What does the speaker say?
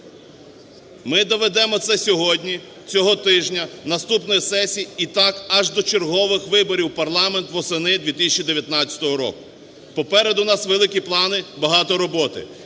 Ми доведемо це сьогодні, цього тижня, наступної сесії і так аж до чергових виборів в парламент восени 2019 року. Попереду у нас великі плани, багато роботи.